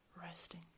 resting